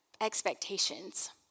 expectations